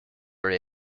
are